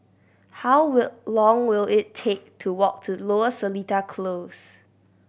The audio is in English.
how will long will it take to walk to Lower Seletar Close